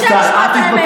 לא הפריעו לך.